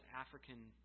African